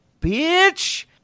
bitch